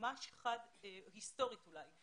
היסטורית אולי,